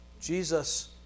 Jesus